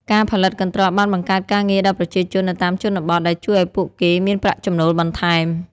ការផលិតកន្ត្រកបានបង្កើតការងារដល់ប្រជាជននៅតាមជនបទ ដែលជួយឲ្យពួកគេមានប្រាក់ចំណូលបន្ថែម។